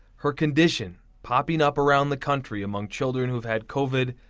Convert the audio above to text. her condition popping up around the country among children who had covid.